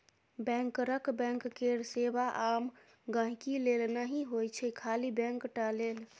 बैंकरक बैंक केर सेबा आम गांहिकी लेल नहि होइ छै खाली बैंक टा लेल